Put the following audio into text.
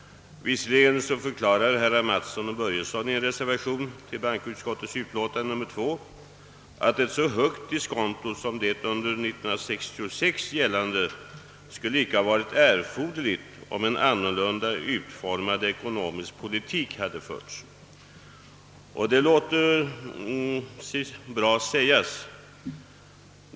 Visserligen förklarar herrar Mattsson och: Börjesson i en reservation till bankoutskottets utlåtande nr 6 följande: »Ett så högt diskonto som det under 1966 gällande skulle icke ha varit erforderligt om en annorlunda utformad ekonomisk politik "hade förts.» Det låter sig bra sägas.